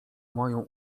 moją